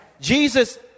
Jesus